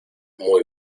muy